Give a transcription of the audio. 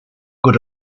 good